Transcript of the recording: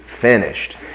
finished